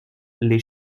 les